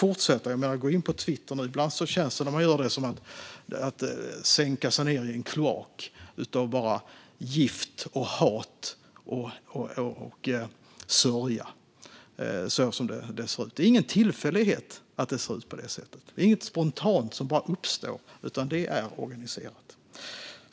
Om man går in på Twitter nu känns det ibland som att sänka sig ned i en kloak av gift, hat och sörja, så som det ser ut. Det är ingen tillfällighet att det ser ut så här. Det är inget spontant som bara uppstår, utan det är organiserat.